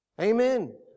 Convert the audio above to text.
Amen